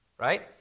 right